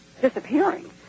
Disappearing